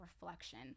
reflection